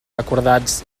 acordats